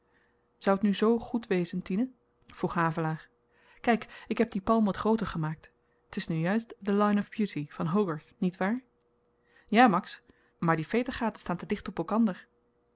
zou t nu z goed wezen tine vroeg havelaar kyk ik heb dien palm wat grooter gemaakt t is nu juist the line of beauty van hogarth niet waar ja max maar die vetergaten staan te dicht op elkander